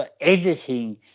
editing